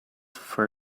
for